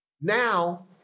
Now